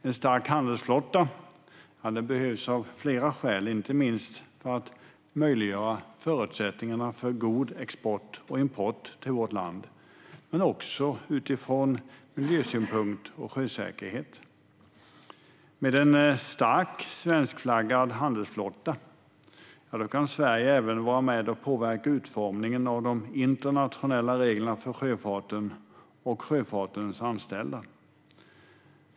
En stark handelsflotta behövs av flera skäl, inte minst för att möjliggöra god export och import för vårt land men också från miljösynpunkt och för sjösäkerhet. Med en stark svenskflaggad handelsflotta kan Sverige även vara med och påverka utformningen av de internationella reglerna för sjöfarten och dess anställda.